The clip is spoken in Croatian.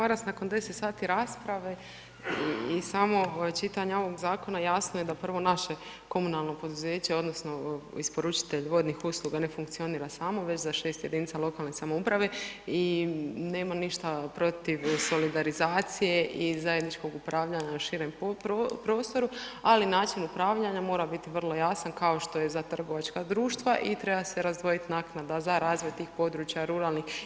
Kolega Maras, nakon 10 sati rasprave i samog čitanja ovog zakona, jasno je da prvo naše komunalno poduzeće odnosno isporučitelj vodnih usluga ne funkcionira samo već za 6 jedinica lokalne samouprave i nema ništa protiv solidarizacije i zajedničkog upravljanja na širem prostoru, ali način upravljanja mora biti vrlo jasan, kao što je za trgovačka društva i treba se razdvojiti naknada za razvoj tih područja ruralnih.